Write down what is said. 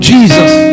Jesus